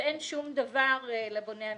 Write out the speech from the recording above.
ואין שום דבר לבונה המקצועי.